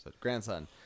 Grandson